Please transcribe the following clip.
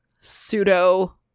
pseudo